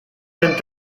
ten